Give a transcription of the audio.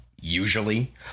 usually